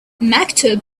maktub